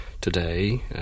today